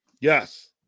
Yes